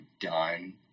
done